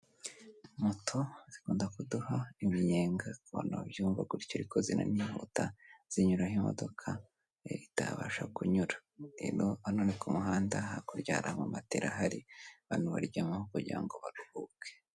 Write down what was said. Moto zikunda kuduha iminyenga, hari abantu babyumva gutyo ariko ziranihuta, zinyura n'aho imodoka itabasha kunyura. Rero hano ni ku muhanda hakurya hari matera ahari, abantu baryamaho kugira ngo baruhuke.